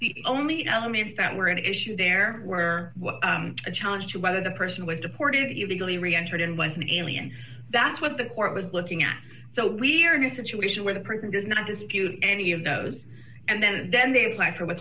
to only elements that were an issue there were a challenge to whether the person was deported illegally reentered and was an alien that's what the court was looking at so we're in a situation where the person does not dispute any of those and then they apply for w